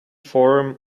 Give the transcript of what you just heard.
form